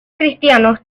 cristianos